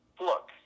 Look